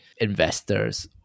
investors